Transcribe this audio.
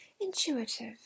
intuitive